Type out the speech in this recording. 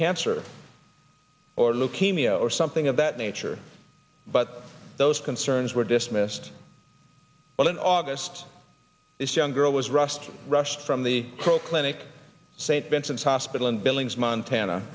cancer or leukemia or something of that nature but those concerns were dismissed well in august this young girl was rushed rushed from the crow clinic st vincent's hospital in billings montana